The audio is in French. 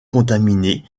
contaminés